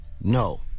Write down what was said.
no